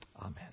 amen